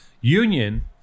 Union